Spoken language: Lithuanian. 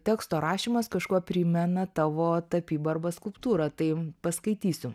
teksto rašymas kažkuo primena tavo tapybą arba skulptūrą tai paskaitysiu